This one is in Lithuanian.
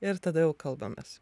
ir tada jau kalbamės